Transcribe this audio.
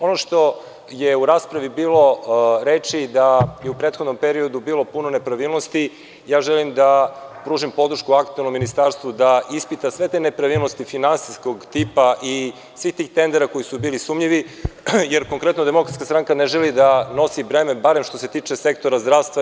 Ono što je u raspravi bilo reči da je u prethodnom periodu bilo puno nepravilnosti, ja želim da pružim podršku aktuelnom ministarstvu da ispita sve te nepravilnosti finansijskog tipa i svih tih tendera koji su bili sumnjivi, jer konkretno Demokratska stranka ne želi da nosi breme, barem što se tiče sektora zdravstva.